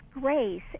grace